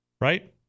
right